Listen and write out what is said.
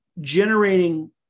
generating